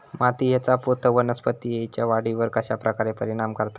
मातीएचा पोत वनस्पतींएच्या वाढीवर कश्या प्रकारे परिणाम करता?